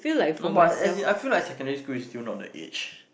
no but as in I feel like secondary school is still not the age